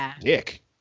Dick